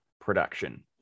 production